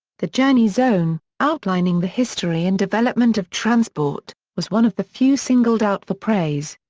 the journey zone, outlining the history and development of transport, was one of the few singled out for praise.